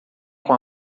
com